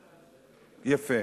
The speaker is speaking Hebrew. הצעה לסדר, יפה.